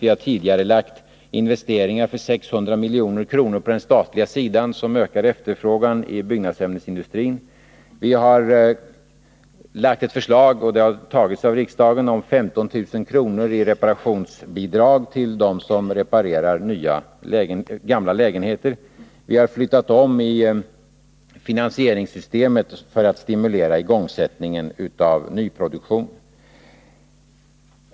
Vi har tidigarelagt investeringar för 600 milj.kr. på den statliga sidan, som ökar efterfrågan i byggnadsämnesindustrin. Vi har lagt fram ett förslag, som också har antagits av riksdagen, om 15 000 kr. i reparationsbidrag till dem som reparerar gamla lägenheter. Vi har flyttat om i finansieringssystemet för att stimulera igångsättningen av nyproduktion.